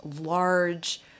large